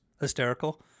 hysterical